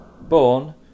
Born